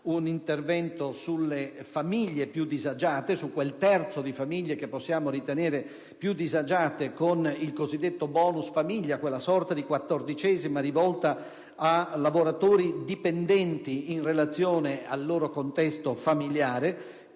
un intervento su quel terzo di famiglie che possiamo ritenere più disagiate con il cosiddetto*bonus* famiglia, quella sorta di quattordicesima rivolta ai lavoratori dipendenti, in relazione al loro contesto familiare,